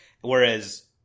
Whereas